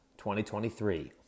2023